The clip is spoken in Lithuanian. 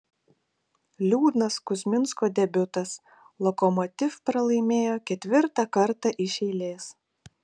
liūdnas kuzminsko debiutas lokomotiv pralaimėjo ketvirtą kartą iš eilės